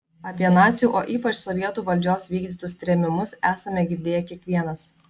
apie nacių o ypač sovietų valdžios vykdytus trėmimus esame girdėję kiekvienas